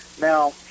Now